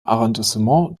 arrondissement